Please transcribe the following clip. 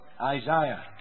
Isaiah